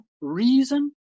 reason